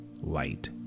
light